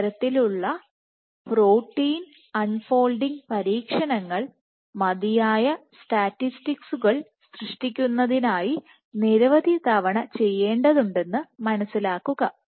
ഇത്തരത്തിലുള്ള ഉള്ള protein unfolding പരീക്ഷണങ്ങൾ മതിയായ സ്റ്റാറ്റിസ്റ്റിക്സ്സുകൾ സൃഷ്ടിക്കുന്നതിനായി നിരവധി തവണ ചെയ്യേണ്ടതുണ്ടെന്നത് മനസ്സിലാക്കുക